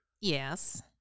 Yes